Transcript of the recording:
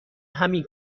همین